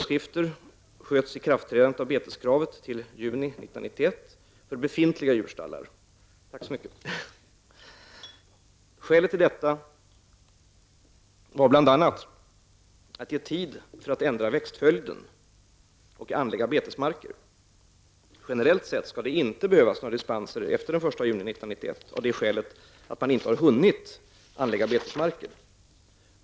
Skälet till detta var bl.a. att ge tid för att ändra växtföljden och anlägga betesmarker. Generellt sett skall det inte behövas några dispenser efter den 1 juni 1991 av det skälet att man inte har hunnit anlägga betesmarker.